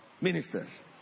ministers